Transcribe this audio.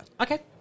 Okay